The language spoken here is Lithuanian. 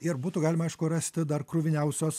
ir būtų galima aišku rasti dar kruviniausios